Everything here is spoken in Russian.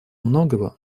многого